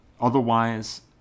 otherwise